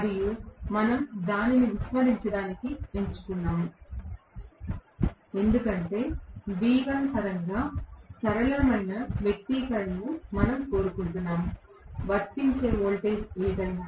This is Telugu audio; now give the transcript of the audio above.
మరియు మనం దానిని విస్మరించడానికి ఎంచుకున్నాము ఎందుకంటే V1 పరంగా సరళమైన వ్యక్తీకరణను మనం కోరుకుంటున్నాము వర్తించే వోల్టేజ్ ఏమైనా